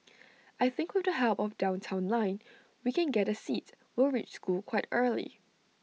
I think with the help of downtown line we can get A seat we'll reach school quite early